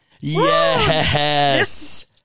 yes